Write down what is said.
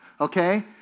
okay